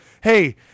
Hey